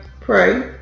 pray